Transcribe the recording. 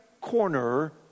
corner